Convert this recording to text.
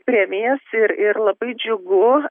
premijas ir ir labai džiugu